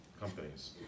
companies